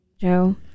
joe